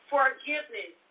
Forgiveness